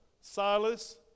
Silas